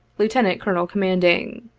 lieutenant colonel commanding.